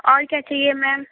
और क्या चाहिए मैम